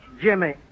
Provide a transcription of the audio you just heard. Jimmy